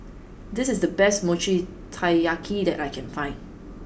this is the best Mochi Taiyaki that I can find